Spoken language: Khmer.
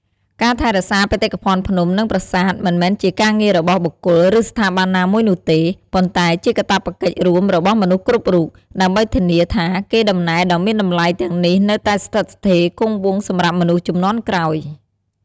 ការថែរក្សាបេតិកភណ្ឌភ្នំ និងប្រាសាទមិនមែនជាការងាររបស់បុគ្គល ឬស្ថាប័នណាមួយនោះទេ ប៉ុន្តែជាកាតព្វកិច្ចរួមរបស់មនុស្សគ្រប់រូប ដើម្បីធានាថាកេរដំណែលដ៏មានតម្លៃទាំងនេះនៅតែស្ថិតស្ថេរគង់វង្សសម្រាប់មនុស្សជំនាន់ក្រោយ។